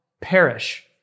perish